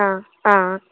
आं आं